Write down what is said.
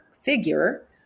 figure